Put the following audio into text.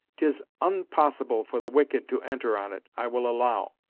tis onpossible for the wicked to enter on it, i will allow,